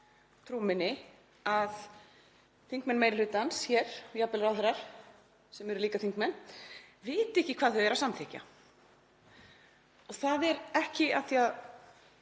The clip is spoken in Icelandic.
trú minni að þingmenn meiri hlutans hér, og jafnvel ráðherrar, sem eru líka þingmenn, viti ekki hvað þeir eru að samþykkja. Það er ekki af því að